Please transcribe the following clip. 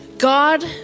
God